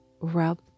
rub